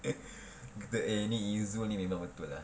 dia kata eh ni izzul ni memang betul lah